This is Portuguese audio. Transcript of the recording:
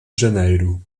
janeiro